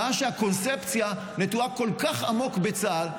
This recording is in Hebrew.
בשעה שהקונספציה נטועה כל כך עמוק בצה"ל?